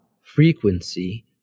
frequency